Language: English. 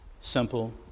simple